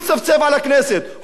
הוא לא מגיע לדיון כאן.